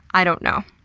i don't know.